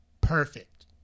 perfect